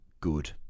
good